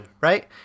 right